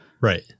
Right